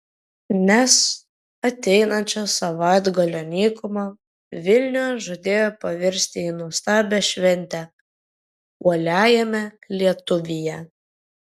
nes ateinančio savaitgalio nykuma vilniuje žadėjo pavirsti į nuostabią šventę uoliajame lietuvyje